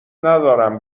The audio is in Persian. ندارم